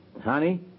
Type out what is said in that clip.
Honey